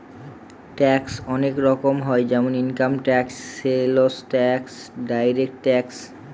tax অনেক রকম হয় যেমন income tax, sales tax, direct tax